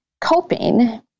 coping